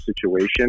situation